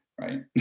right